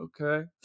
okay